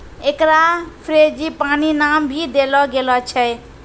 एकरा फ़्रेंजीपानी नाम भी देलो गेलो छै